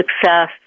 success